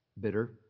Bitter